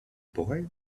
boy